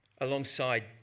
alongside